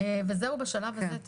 זהו בשלב הזה.